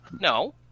No